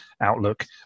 outlook